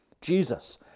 Jesus